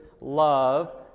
love